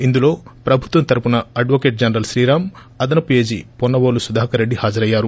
ఇందులో ప్రభుత్వం తరఫున అడ్వొకేట్ జనరల్ శ్రీరాం అదనపు ఏజీ పొన్న వోలు సుధాకరరెడ్డి హాజరయ్యారు